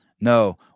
No